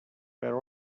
where